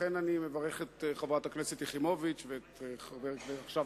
לכן אני מברך את חברת הכנסת יחימוביץ ואת חבר הכנסת,